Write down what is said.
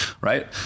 Right